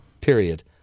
Period